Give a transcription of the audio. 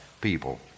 people